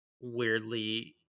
weirdly